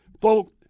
folks